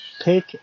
Pick